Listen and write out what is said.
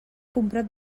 comprat